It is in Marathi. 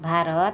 भारत